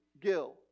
Gill